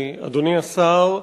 אדוני השר,